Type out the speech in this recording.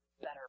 better